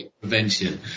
prevention